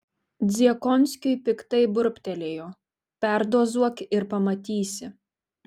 dziekonskiui piktai burbtelėjo perdozuok ir pamatysi